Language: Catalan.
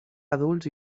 adults